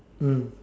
mm